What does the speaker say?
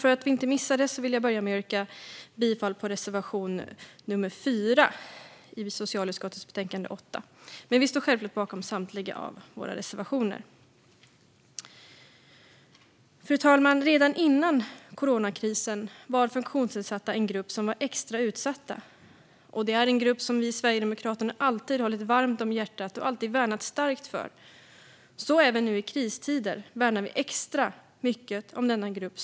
För att inte missa det vill jag börja med att yrka bifall till reservation nr 4 i socialutskottets betänkande 8, men vi står självklart bakom samtliga våra reservationer. Fru talman! Redan före coronakrisen var funktionsnedsatta en grupp som var extra utsatt. Det är en grupp som legat oss sverigedemokrater varmt om hjärtat och som vi alltid värnat starkt om. Även nu i kristider värnar vi extra mycket om denna grupp.